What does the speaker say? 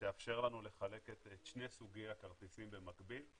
שתאפשר לנו לחלק את שני סוגי הכרטיסים במקביל.